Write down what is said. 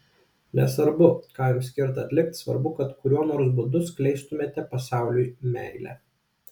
nesvarbu ką jums skirta atlikti svarbu kad kuriuo nors būdu skleistumėte pasauliui meilę